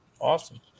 Awesome